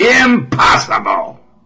Impossible